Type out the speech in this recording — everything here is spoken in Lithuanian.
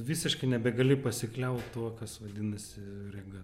visiškai nebegali pasikliaut tuo kas vadinasi rega